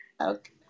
Okay